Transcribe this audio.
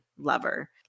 lover